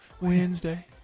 Wednesday